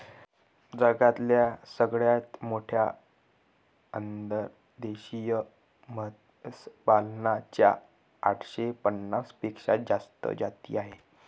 जगातल्या सगळ्यात मोठ्या अंतर्देशीय मत्स्यपालना च्या आठशे पन्नास पेक्षा जास्त जाती आहे